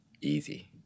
easy